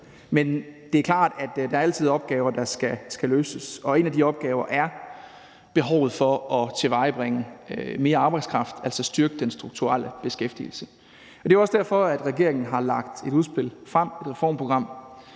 Men det er klart, at der altid er opgaver, der skal løses, og en af de opgaver er behovet for at tilvejebringe mere arbejdskraft, altså styrke den strukturelle beskæftigelse. Det er også derfor, regeringen har lagt et udspil frem, et reformprogram